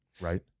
right